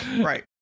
Right